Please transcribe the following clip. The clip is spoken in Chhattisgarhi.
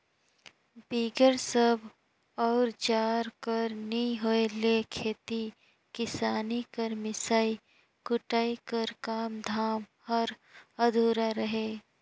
बिगर सब अउजार कर नी होए ले खेती किसानी कर मिसई कुटई कर काम धाम हर अधुरा रहें